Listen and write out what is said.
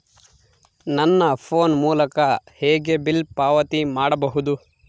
ನನ್ನ ಫೋನ್ ಮೂಲಕ ಹೇಗೆ ಬಿಲ್ ಪಾವತಿ ಮಾಡಬಹುದು?